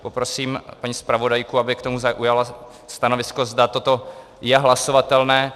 Poprosím paní zpravodajku, aby k tomu zaujala stanovisko, zda toto je hlasovatelné.